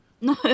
No